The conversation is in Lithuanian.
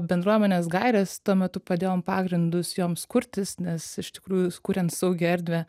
bendruomenės gairės tuo metu padėjom pagrindus joms kurtis nes iš tikrųjų kuriant saugią erdvę